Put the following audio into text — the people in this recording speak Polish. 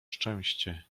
szczęście